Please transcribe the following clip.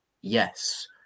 yes